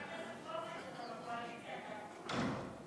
חבר הכנסת סמוטריץ, אתה בקואליציה, תעשו משהו.